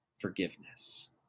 forgiveness